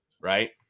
right